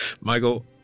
Michael